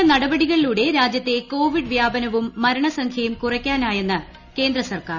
കൃത്യമായ നടപടിക്ളിലൂടെ രാജ്യത്തെ കോവിഡ് വ്യാപനവും മരണസംഖൃയും കുറയ്ക്കാനായെന്ന് കേന്ദ്ര സർക്കാർ